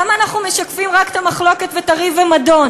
למה אנחנו משקפים רק את המחלוקת ואת הריב והמדון?